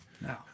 No